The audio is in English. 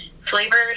flavored